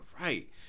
Right